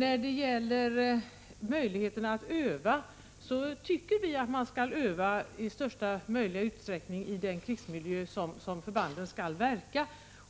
Vad gäller övningsmöjligheterna tycker vi att man skall i största möjliga utsträckning öva i den krigsmiljö som förbanden skall verka